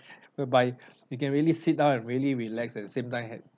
whereby you can really sit down and really relax at the same time have